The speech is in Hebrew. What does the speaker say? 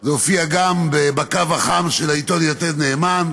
זה הופיע בקו החם של העיתון יתד נאמן,